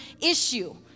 issue